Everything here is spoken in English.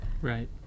Right